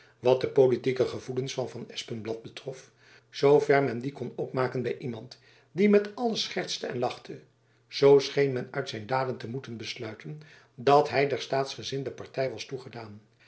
wat de politieke gevoelens van van espenblad betrof zoo ver men die kon opmaken by iemand die met alles schertste en lachte zoo scheen men uit zijn daden te moeten besluiten dat hy der staatsgezinde party was toegedaan